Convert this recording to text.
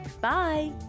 Bye